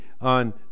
on